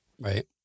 Right